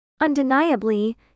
Undeniably